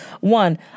One